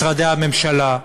משרדי הממשלה,